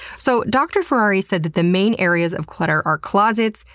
so dr. ferrari said that the main areas of clutter are closets,